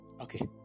okay